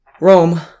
Rome